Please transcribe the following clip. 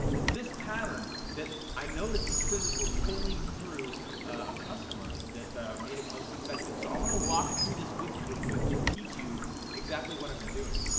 it's this pattern that i noticed these quizzes were pulling through a customer that made it most effective. so i want to walk through this with you real quick and teach you exactly what i've been doing.